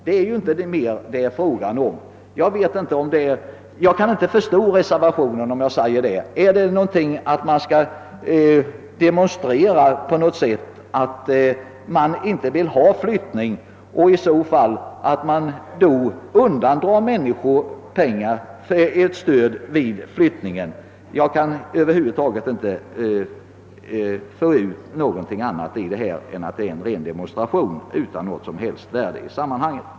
Det är ju inte något mer det är fråga om. Jag kan inte förstå reservationen på denna punkt. Vill man på något sätt demonstrera att man inte vill ha till stånd flyttning, så att man därför undandrar människorna detta stöd? Jag kan inte komma fram till någonting annat än att det rör sig om en ren demonstration utan något som helst värde i sammanhanget.